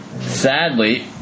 Sadly